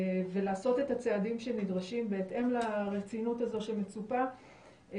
ולעשות את הצעדים שנדרשים בהתאם לרצינות הזו שמצופה.